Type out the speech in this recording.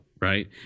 Right